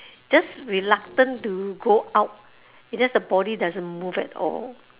just reluctant to go out it's just the body doesn't move at all